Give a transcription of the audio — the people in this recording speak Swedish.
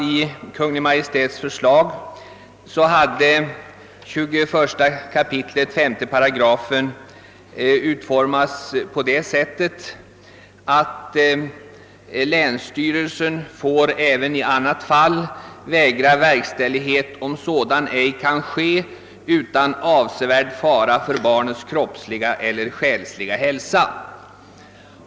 I Kungl. Maj:ts förslag hade 21 kap. 38 utformats så, att länsstyrelsen även i annat fall än då förhållandena ändrats väsenligt skulle få vägra verkställighet, om sådan ej kunde ske »utan avsevärd fara för barnets kroppsliga eller själsliga hälsa».